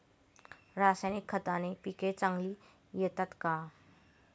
रासायनिक खताने पिके चांगली येतात का?